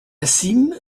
cîme